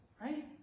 right